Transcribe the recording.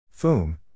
Foom